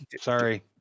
Sorry